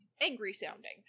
angry-sounding